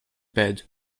bed